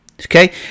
okay